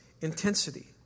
intensity